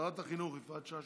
שרת החינוך יפעת שאשא